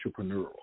entrepreneurial